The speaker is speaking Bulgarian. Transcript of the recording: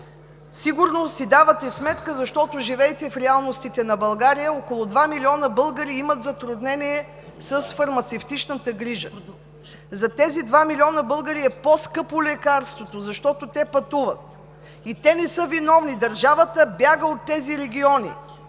сигурно си давате сметка, защото живеете в реалностите на България, че около два милиона българи имат затруднения с фармацевтичната грижа. За тези два милиона българи лекарството е по-скъпо, защото те пътуват. Те не са виновни – държавата бяга от тези региони,